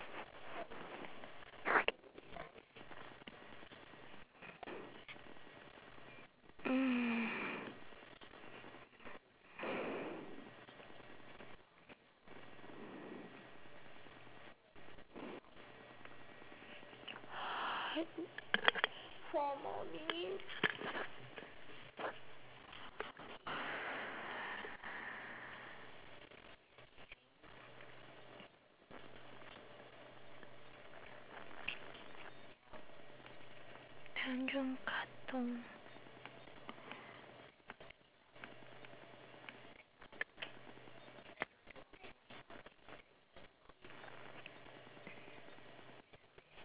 hmm four more minutes tanjong katong